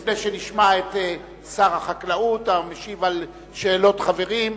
לפני שנשמע את שר החקלאות משיב על שאלות חברים,